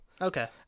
Okay